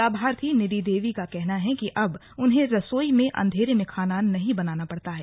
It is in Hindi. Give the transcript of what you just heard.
लाभार्थी निधि देवी का कहना है कि अब उन्हें रसोई में अंधेरे में खाना नहीं बनाना पड़ता है